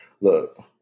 look